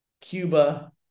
Cuba